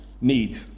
need